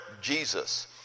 Jesus